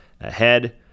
ahead